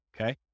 Okay